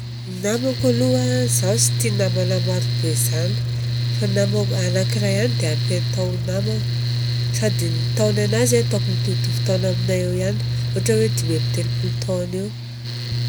Namako aloha a zaho tsy tia namana maro be izany. Fa ny namako anakiray dia ampy atao namana. Sady ny taona anazy a, ataoko mitovitovy taona amina eo ihany, ohatra hoe dimy ambin-telopolo taona eo.